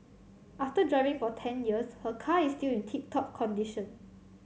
after driving for ten years her car is still in tip top condition